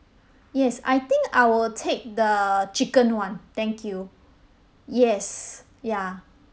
yes I think I will take the chicken one thank you yes ya